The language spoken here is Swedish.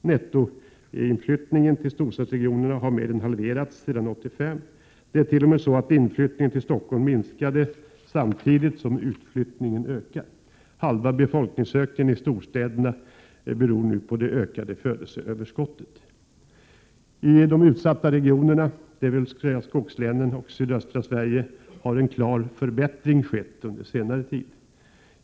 Nettoinflyttningen till storstadsregionerna har mer än halverats sedan år 1985. Det ärt.o.m. så att inflyttningen till Stockholm minskar samtidigt som utflyttningen ökar. Halva befolkningsökningen i storstäderna beror nu på det ökade födelseöverskottet. I de utsatta regionerna, dvs. skogslänen och sydöstra Sverige, har en klar förbättring skett under senare tid.